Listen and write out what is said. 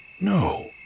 No